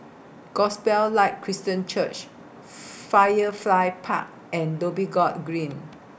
Gospel Light Christian Church Firefly Park and Dhoby Ghaut Green